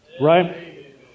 Right